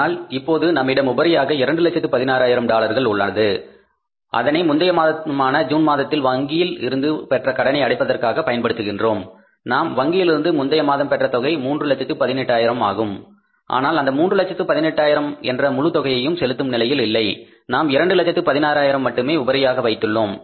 ஆனால் இப்போது நம்மிடம் உபரியாக 2 லட்சத்து 16 ஆயிரம் டாலர்கள் உள்ளது அதனை முந்தைய மாதமான ஜூன் மாதத்தில் வங்கியில் இருந்து பெற்ற கடனை அடைப்பதற்காக பயன்படுத்துகின்றோம் நாம் வங்கியில் இருந்து முந்தைய மாதம் பெற்ற தொகை 3 லட்சத்து 18 ஆயிரம் ஆனால் அந்த மூன்று லட்சத்து 18 ஆயிரம் என்ற முழு தொகையையும் செலுத்தும் நிலையில் இல்லை நாம் இரண்டு லட்சத்து 16 ஆயிரம் மட்டுமே உபரியாக வைத்துள்ளோம்